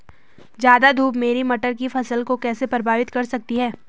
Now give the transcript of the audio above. ज़्यादा धूप मेरी मटर की फसल को कैसे प्रभावित कर सकती है?